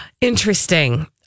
interesting